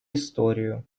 историю